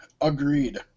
Agreed